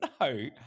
No